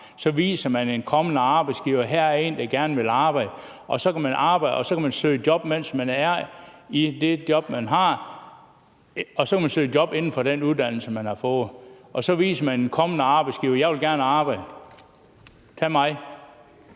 så viser man en kommende arbejdsgiver, at her er der en, der gerne vil arbejde? Så kan man arbejde, og mens man er i det job, kan man søge job inden for den uddannelse, man har fået, og så viser man en kommende arbejdsgiver: Jeg vil gerne arbejde, tag mig;